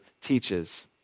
teaches